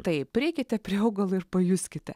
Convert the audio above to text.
tai prieikite prie augalo ir pajuskite